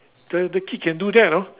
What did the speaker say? the the kid can do that you know